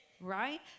right